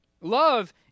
Love